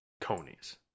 conies